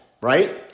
right